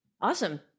awesome